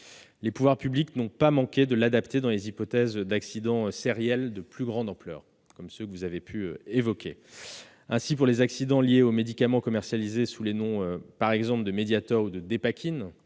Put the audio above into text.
les pouvoirs publics n'ont pas manqué de l'adapter dans les hypothèses d'accidents sériels de plus grande ampleur, tels que ceux que vous avez évoqués. Ainsi, pour les accidents liés aux médicaments commercialisés sous les noms de Mediator ou de Dépakine,